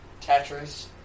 Tetris